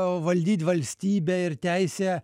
valdyt valstybę ir teisė